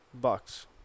bucks